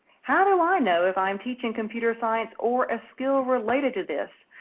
how do i know if i'm teaching computer science or a skill related to this?